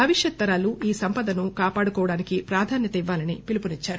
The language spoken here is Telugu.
భవిష్యత్తరాలు ఈ సంవదను కాపాడుకోవడానికి ప్రాధాన్యత ఇవ్వాలని పిలుపునిచ్చారు